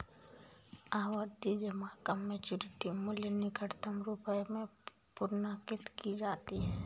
आवर्ती जमा का मैच्योरिटी मूल्य निकटतम रुपये में पूर्णांकित किया जाता है